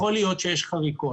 יש גם חריקות.